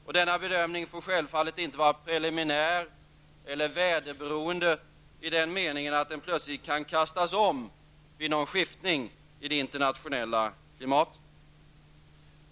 Och denna bedömning får självfallet inte vara preliminär eller väderberoende i den meningen att den plötsligt kan kastas om vid någon skiftning i det internationella klimatet.